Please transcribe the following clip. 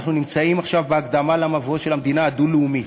אנחנו נמצאים עכשיו בהקדמה למבוא של המדינה הדו-לאומית,